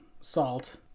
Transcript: salt